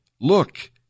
look